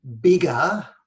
bigger